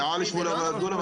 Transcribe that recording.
מעל 800 דונם.